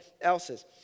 else's